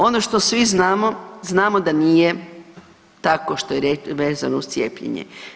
Ono što svi znamo, znamo da nije tako što je vezano uz cijepljenje.